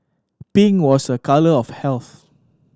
pink was a colour of health